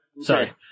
Sorry